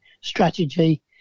strategy